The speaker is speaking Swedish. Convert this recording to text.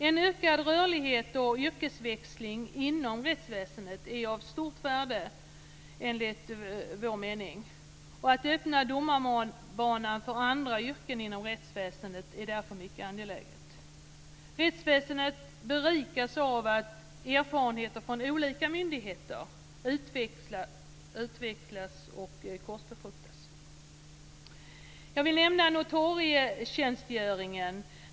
En ökad rörlighet och yrkesväxling inom rättsväsendet är av stort värde enligt vår mening. Att öppna domarbanan för andra yrken inom rättsväsendet är därför mycket angeläget. Rättsväsendet berikas av att erfarenheter från olika myndigheter utväxlas och korsbefruktas. Jag vill nämna notarietjänstgöringen.